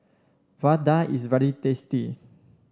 Vadai is very tasty